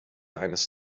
eines